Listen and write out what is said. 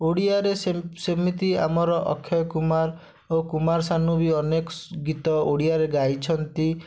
ଓଡ଼ିଆରେ ସେମିତି ଆମର ଅକ୍ଷୟ କୁମାର ଓ କୁମାର ସାନୁ ବି ଅନେକ ଗୀତ ଓଡ଼ିଆରେ ଗାଇଛନ୍ତି